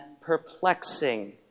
perplexing